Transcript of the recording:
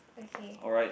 okay